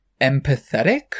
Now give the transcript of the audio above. empathetic